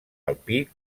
alpí